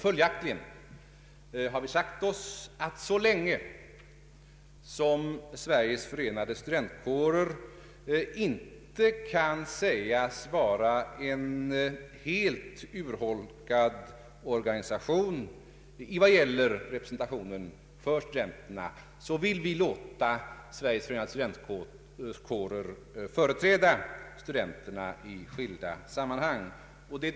Följaktligen har vi sagt oss att så länge som Sveriges förenade studentkårer inte kan sägas vara en helt urholkad organisation vad gäller representationen för studenterna vill vi låta Sveriges förenade studentkårer företräda studenterna i skilda sammanhang.